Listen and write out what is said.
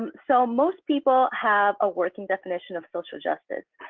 um so most people have a working definition of social justice.